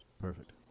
Perfect